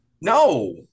no